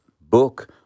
book